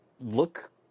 look